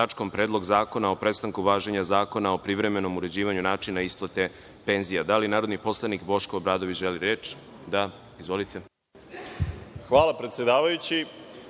Predlog zakona o prestanku važenja Zakona o privremenom uređivanju načina isplate penzija. Da li narodni poslanik Boško Obradović želi reč? (Da)Izvolite. **Boško Obradović**